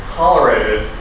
tolerated